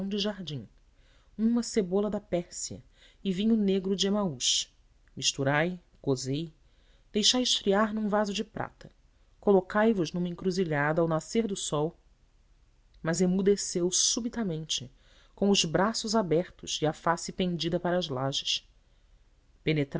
de jardim uma cebola da pérsia e vinho negro de emaús misturai cozei deixai esfriar num vaso de prata colocai vos numa encruzilhada ao nascer do sol mas emudeceu subitamente com os braços abertos e a face pendida para as lajes